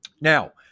Now